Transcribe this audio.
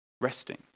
resting